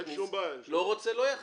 לא רוצה לא יכניס,